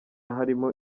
harimo